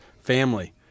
family